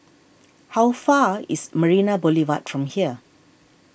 how far away is Marina Boulevard from here